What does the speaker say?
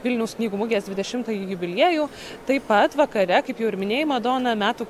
vilniaus knygų mugės dvidešimtąjį jubiliejų taip pat vakare kaip jau ir minėjai madona metų